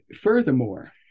furthermore